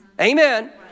Amen